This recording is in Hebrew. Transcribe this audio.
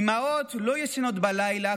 אימהות לא ישנות בלילה,